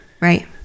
Right